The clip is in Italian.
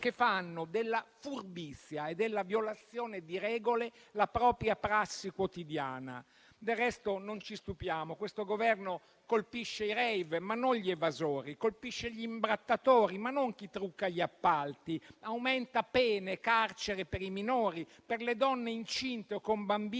che fanno della furbizia e della violazione di regole la propria prassi quotidiana. Del resto, non ci stupiamo: questo Governo colpisce i *rave*, ma non gli evasori; colpisce gli imbrattatori, ma non chi trucca gli appalti; aumenta pene, carcere per i minori, per le donne incinte o con bambini,